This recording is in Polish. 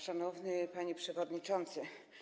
Szanowny Panie Przewodniczący!